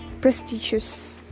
prestigious